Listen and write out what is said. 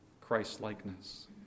Christ-likeness